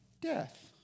death